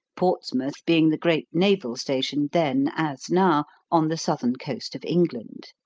portsmouth being the great naval station then, as now, on the southern coast of england.